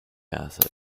acid